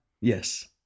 Yes